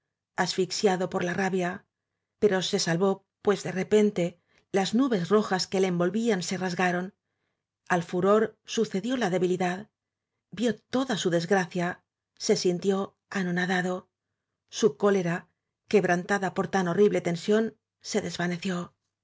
fixiado por la rabia pero se salvó pues de re pente las nubes rojas que le envolvían se ras garon al furor sucedió la debilidad vió tocia su desgracia se sintió anonadado su cólera quebrantada por tan horrible tensión se